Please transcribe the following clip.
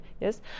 Yes